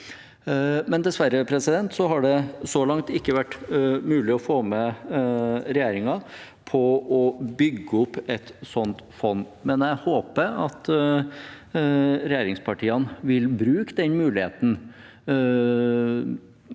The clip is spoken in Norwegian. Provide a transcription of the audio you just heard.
Dessverre har det så langt ikke vært mulig å få med regjeringen på å bygge opp et sånt fond, men jeg håper at regjeringspartiene vil bruke muligheten